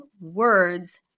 words